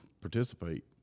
participate